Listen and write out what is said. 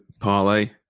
parlay